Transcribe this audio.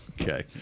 Okay